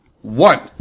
One